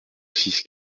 six